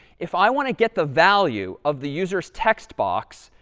if i want to get the value of the user's text box,